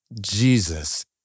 Jesus